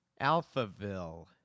Alphaville